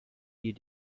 you